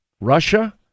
Russia